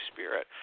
Spirit